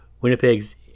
Winnipeg's